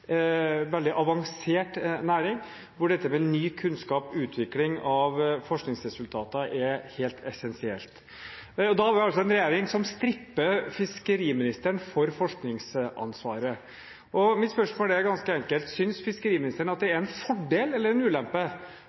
veldig avansert næring, hvor dette med ny kunnskap og utvikling av forskningsresultater er helt essensielt. Da har vi altså en regjering som stripper fiskeriministeren for forskningsansvaret. Mitt spørsmål er ganske enkelt: Synes fiskeriministeren at det er en fordel eller en ulempe